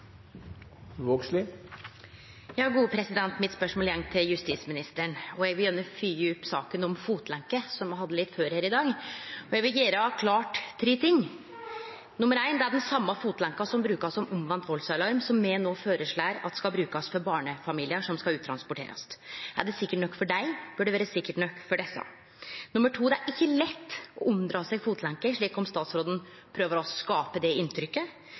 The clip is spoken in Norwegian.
mitt går til justisministeren. Eg vil gjerne fylgje opp saka om fotlenke, som me hadde litt om før her i dag, og eg vil gjere klart tre ting. Nr. 1: Det er den same fotlenka som blir brukt som omvend valdsalarm, som me no føreslår skal brukast for barnefamiliar som skal transporterast ut. Er det sikkert nok for dei, bør det vere sikkert nok for desse. Nr. 2: Det er ikkje lett å unndra seg fotlenke, sjølv om statsråden prøver å skape det inntrykket.